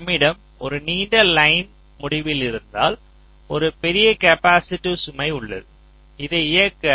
நம்மிடம் ஒரு நீண்ட லைன் முடிவில் இருந்தால் ஒரு பெரிய கேப்பாசிட்டிவ் சுமை உள்ளது இதை இயக்க